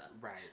Right